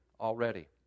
already